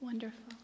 Wonderful